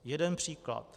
Jeden příklad.